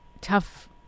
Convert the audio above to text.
tough